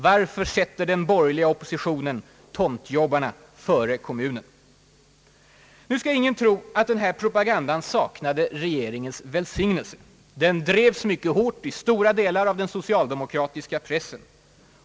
Varför sätter den borgerliga oppositionen tomtjobbarna före kommunen?» Nu skall ingen tro att den här propagandan saknade regeringens välsignelse. Den drevs mycket hårt i storå delar av den socialdemokratiska pressen.